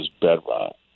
bedrock